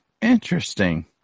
Interesting